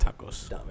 Tacos